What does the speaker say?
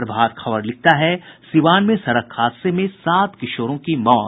प्रभात खबर लिखता है सीवान में सड़क हादसे में सात किशोरों की मौत